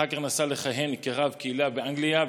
אחר כך נסע לכהן כרב קהילה באנגליה,